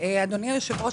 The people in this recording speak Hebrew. אדוני היושב-ראש,